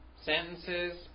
sentences